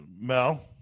Mel